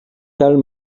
tal